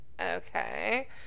okay